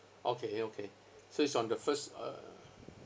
okay okay so is on the first uh